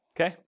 Okay